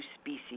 species